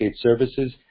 Services